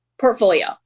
portfolio